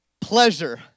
pleasure